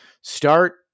start